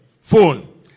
Phone